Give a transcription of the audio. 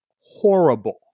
horrible